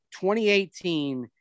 2018